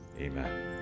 Amen